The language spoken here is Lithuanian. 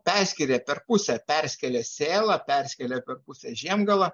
perskiria per pusę perskėlė sėlą perskėlė per pusę žiemgalą